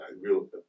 real